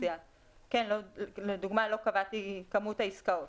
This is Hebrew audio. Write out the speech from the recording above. כן, לדוגמה לא קבעתי את כמות העסקאות.